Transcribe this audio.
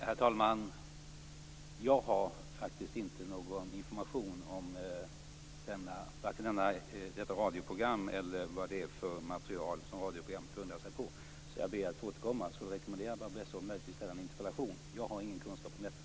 Herr talman! Jag har faktiskt ingen information om detta radioprogram eller det material som radioprogrammet grundar sig på. Jag ber att få återkomma. Jag rekommenderar Barbro Westerholm att ställa en interpellation. Jag har ingen kunskap om detta.